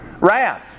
Wrath